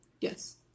Yes